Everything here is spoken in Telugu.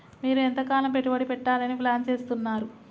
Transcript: మీరు ఎంతకాలం పెట్టుబడి పెట్టాలని ప్లాన్ చేస్తున్నారు?